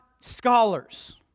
scholars